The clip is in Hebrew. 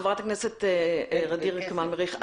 חברת הכנסת ע'דיר כמאל מריח,